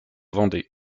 vendée